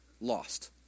lost